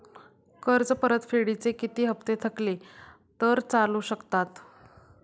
कर्ज परतफेडीचे किती हप्ते थकले तर चालू शकतात?